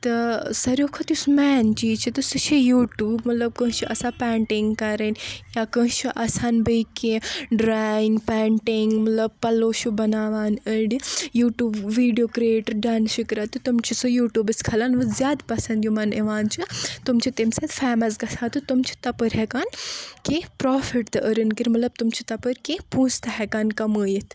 تہٕ سارِوٕے کھۄتہٕ یُس مین چیٖز چھُ تہِ سُہ چھُ یوٗٹیوٗب مطلب کٲنٛسہِ چھِ آسان پینٹنگ کرٕنۍ یا کٲنٛسہِ چھِ آسان بیٚیہِ کیٚنہہ ڈراینگ پینٹنگ مطلب پلو چھ بناوان أڈۍ یوٗٹیوٗب ویٖڈیو کِریٹر ڈانٕس چھِ کران تہٕ تم چھِ سُہ یوٗٹیوٗبس کھالان وٕ زیادٕ پسند یمن یوان چھُ تم چھِ تمہِ سۭتۍ فیمس گژھان تہٕ تم چھِ تپٲرۍ ہیٚکان کیٚنہہ پرافٹ تہِ أرٕن کٔرتھ مطلب تم چھِ تپٲرۍ کیٚنہہ پونسہٕ تہِ ہیٚکان کمٲیتھ